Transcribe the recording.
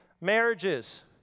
Marriages